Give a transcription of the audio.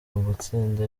ugutsinda